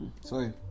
Sorry